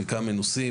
חלקם מנוסים,